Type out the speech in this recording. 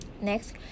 Next